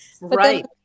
Right